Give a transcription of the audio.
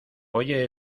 oye